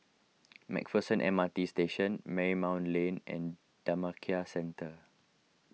MacPherson M R T Station Marymount Lane and Dhammakaya Centre